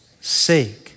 sake